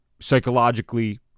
psychologically